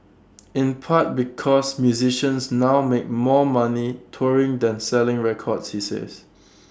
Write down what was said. in part because musicians now make more money touring than selling records he says